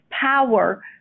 power